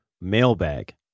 mailbag